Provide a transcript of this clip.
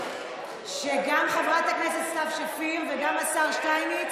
שגם חברת הכנסת סתיו שפיר וגם השר שטייניץ